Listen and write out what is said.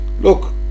look